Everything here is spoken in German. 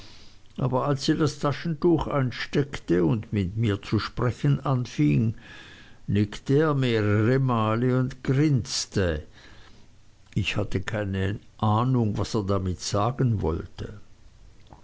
aber als sie das taschentuch einsteckte und mit mir zu sprechen anfing nickte er mehrere male und grinste ich hatte nicht den leisesten begriff was er damit sagen wollte